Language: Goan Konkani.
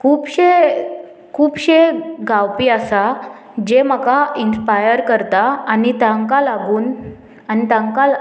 खुबशे खुबशे गावपी आसा जे म्हाका इन्स्पायर करता आनी तांकां लागून आनी तांकां